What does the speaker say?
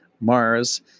Mars